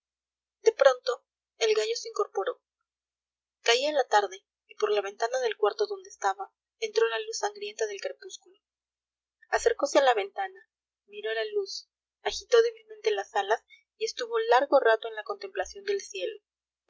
de pronto el gallo se incorporó caía la tarde y por la ventana del cuarto donde estaba entró la luz sangrienta del crepúsculo acercóse a la ventana miró la luz agitó débilmente las alas y estuvo largo rato en la contemplación del cielo